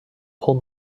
pull